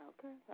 Okay